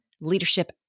leadership